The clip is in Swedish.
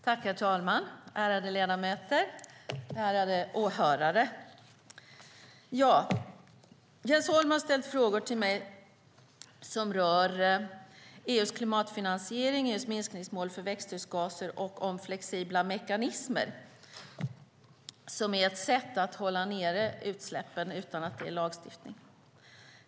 Herr talman, ärade ledamöter och ärade åhörare! Jens Holm har ställt frågor till mig om EU:s klimatfinansiering, om EU:s minskningsmål för växthusgaser och om flexibla mekanismer, som är ett sätt att hålla nere utsläppen utan lagstiftning.